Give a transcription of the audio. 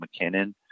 McKinnon